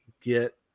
get